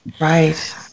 right